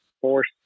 force